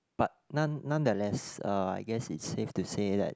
but none~ nonetheless uh I guess it's safe to say that